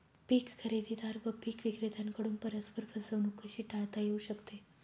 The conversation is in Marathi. पीक खरेदीदार व पीक विक्रेत्यांकडून परस्पर फसवणूक कशी टाळता येऊ शकते?